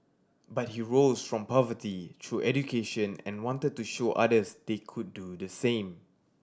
but he rose from poverty through education and wanted to show others they could do the same